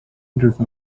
rühma